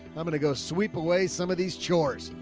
i'm going to go sweep away some of these chores.